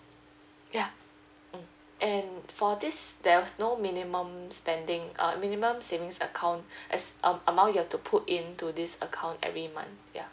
ya mm and for this there is no minimum spending err minimum savings account as um amount you have to put in to this account every month ya